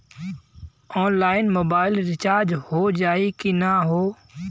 Online mobile recharge हो जाई की ना हो?